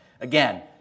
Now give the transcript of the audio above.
Again